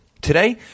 Today